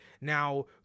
now